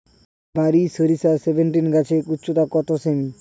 বারি সরিষা সেভেনটিন গাছের উচ্চতা কত সেমি?